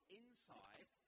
inside